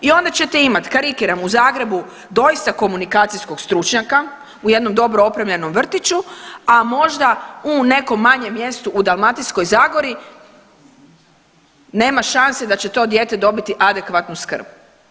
I onda ćete imati, karikiram u Zagrebu doista komunikacijskog stručnjaka u jednom dobro opremljenom vrtiću, a možda u nekom manjem mjestu u Dalmatinskoj zagori nema šanse da će to dijete dobiti adekvatnu skrb.